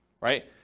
right